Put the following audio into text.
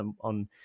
on